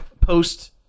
post